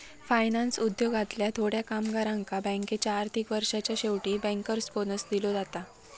finance उद्योगातल्या थोड्या कामगारांका बँकेच्या आर्थिक वर्षाच्या शेवटी बँकर्स बोनस दिलो जाता